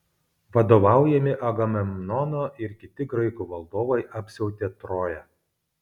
vadovaujami agamemnono ir kiti graikų valdovai apsiautė troją